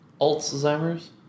Alzheimer's